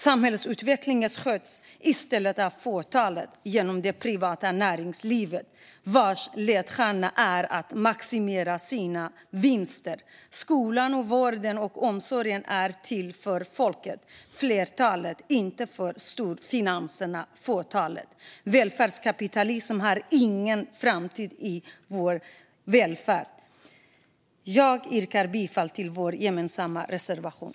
Samhällsutvecklingen sköts i stället av ett fåtal inom det privata näringslivet, vars ledstjärna är att maximera sina vinster. Skolan, vården och omsorgen är till för folket, flertalet, inte för storfinansen, fåtalet. Välfärdskapitalism har ingen framtid i vår välfärd. Jag yrkar bifall till vår gemensamma reservation.